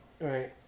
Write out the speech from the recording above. Right